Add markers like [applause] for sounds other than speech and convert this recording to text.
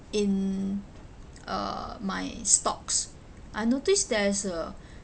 in uh my stocks I notice there is a [breath]